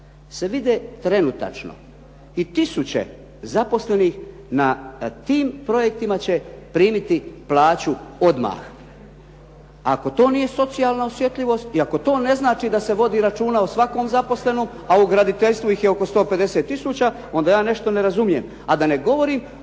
se vide trenutačno i tisuće zaposlenih na tim projektima će primiti plaću odmah. Ako to nije socijalna osjetljivost i ako to ne znači da se vodi računa o svakom zaposlenom, a u graditeljstvu ih je oko 150 tisuća onda ja nešto ne razumijem.